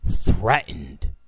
threatened